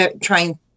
trying